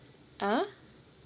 uh